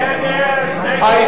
אוקיי.